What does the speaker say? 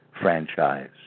franchise